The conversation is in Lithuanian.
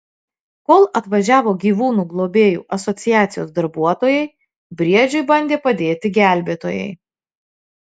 kol atvažiavo gyvūnų globėjų asociacijos darbuotojai briedžiui bandė padėti gelbėtojai